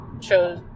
shows